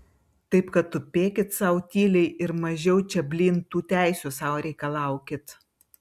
taip kad tupėkit sau tyliai ir mažiau čia blyn tų teisių sau reikalaukit